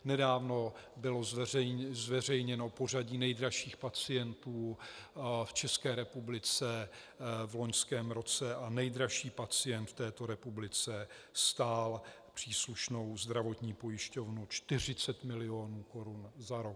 Nedávno bylo zveřejněno pořadí nejdražších pacientů v České republice v loňském roce a nejdražší pacient v této republice stál příslušnou zdravotní pojišťovnu 40 milionů korun za rok.